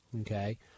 okay